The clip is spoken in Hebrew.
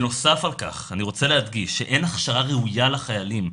בנוסף על כך אני רוצה להדגיש שאין הכשרה ראויה לחיילים.